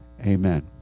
Amen